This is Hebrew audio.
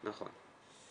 נכון.